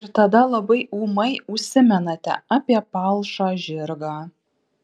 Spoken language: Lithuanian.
ir tada labai ūmai užsimenate apie palšą žirgą